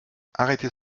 arrêtez